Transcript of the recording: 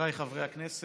חבריי חברי הכנסת,